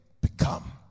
become